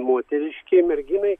moteriškei merginai